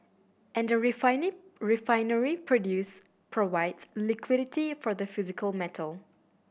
and a refinery produces provides liquidity for the physical metal